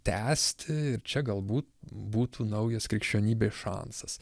tęsti ir čia galbūt būtų naujas krikščionybės šansas